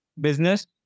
business